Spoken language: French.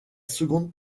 seconde